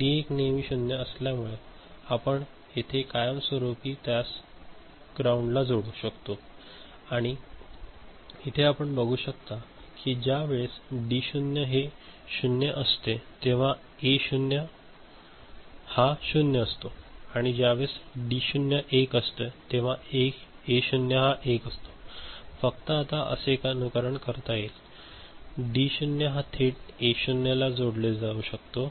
D 1 नेहमी 0 असल्यामुळे आपण येथे कायमस्वरूपी त्यास जोडू ग्राउंड ला जोडू शकतो आणि इथे आपण बघू शकता की ज्या वेळेस डी 0 हे शून्य असते तेव्हा ए 0 हा शून्य असतो आणि ज्या वेळेस डी 0 हे एक असते तेव्हा ए 0 हा एक असतो फक्त आता असे अनुकरण करता येईल तर डी 0 हा थेट ए 0 ला जोडले जाऊ शकते